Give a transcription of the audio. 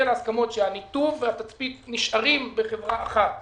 להסכמות שהניתוב והתצפית נשארים בחברה אחת ממשלתית,